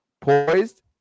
poised